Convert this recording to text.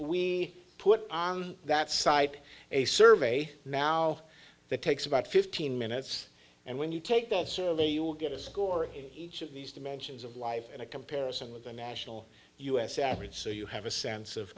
we put on that site a survey now that takes about fifteen minutes and when you take that survey you will get a score of each of these dimensions of life and a comparison with the national u s average so you have a sense of